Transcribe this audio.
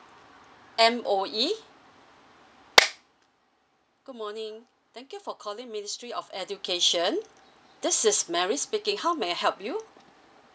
M_O_E good morning thank you for calling ministry of education this is mary speaking how may I help you what